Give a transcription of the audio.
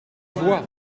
voix